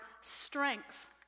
strength